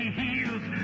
heals